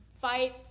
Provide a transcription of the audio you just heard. fight